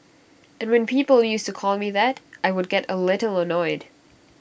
and when people used to call me that I would get A little annoyed